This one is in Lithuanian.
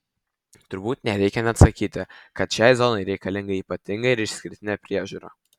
turbūt nereikia net sakyti kad šiai zonai reikalinga ypatinga ir išskirtinė priežiūra